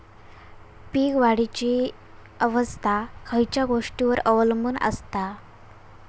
पीक वाढीची अवस्था खयच्या गोष्टींवर अवलंबून असता?